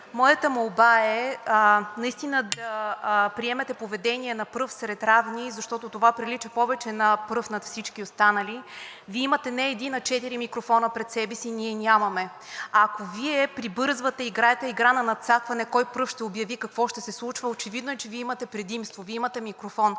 Моята молба е наистина да приемете поведение на пръв сред равни, защото това прилича повече на пръв над всички останали. Вие имате не един, а четири микрофона пред себе си, а ние нямаме. Ако Вие прибързвате, играете игра на надцакване кой пръв ще обяви какво ще се случва, очевидно е, че Вие имате предимство, Вие имате микрофон.